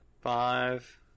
Five